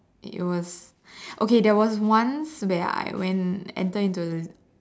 it was okay there was once when I went entered into the